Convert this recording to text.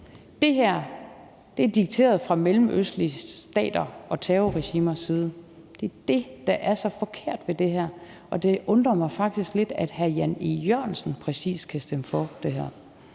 Det her er dikteret fra mellemøstlige stater og terrorregimers side. Det er det, der er så forkert ved det her, og det undrer mig faktisk, at præcis hr. Jan E. Jørgensen kan stemme for det her.